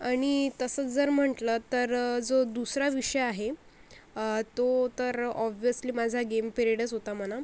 अणि तसं जर म्हटलं तर जो दुसरा विषय आहे तो तर ऑव्यिअसली माझा गेम पिरियडच होता म्हणा